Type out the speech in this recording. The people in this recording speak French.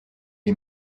les